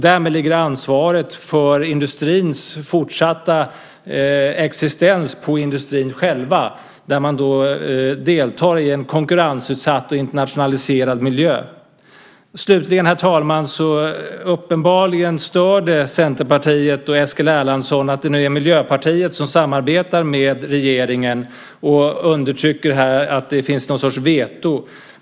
Därmed ligger ansvaret för industrins fortsatta existens på industrin själv, där man deltar i en konkurrensutsatt och internationaliserad miljö. Slutligen, herr talman, stör det uppenbarligen Centerpartiet och Eskil Erlandsson att det nu är Miljöpartiet som samarbetar med regeringen, och han undertrycker här att det är något slags veto.